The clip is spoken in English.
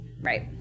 Right